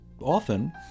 often